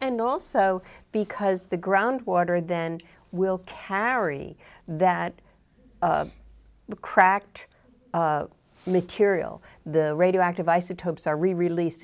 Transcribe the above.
and also because the groundwater then will carry that cracked material the radioactive isotopes are released